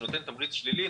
שנותן תמריץ שלילי,